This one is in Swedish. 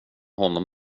honom